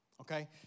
Okay